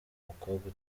umukobwa